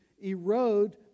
erode